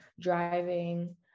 driving